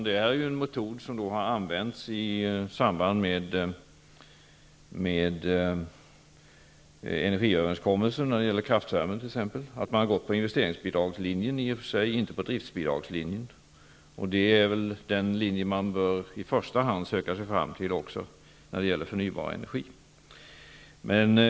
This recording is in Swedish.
Det är en metod som har använts i samband med energiöverenskommelsen om t.ex. kraftvärmen. Man har i och för sig gått på investeringsbidragslinjen och inte på driftbidragslinjen. Det är väl den linje som man i första hand bör söka sig fram till också när det gäller förnybar energi.